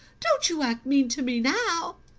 don't you act mean to me now!